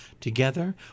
together